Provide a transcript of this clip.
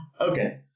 Okay